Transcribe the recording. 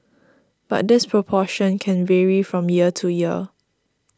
but this proportion can vary from year to year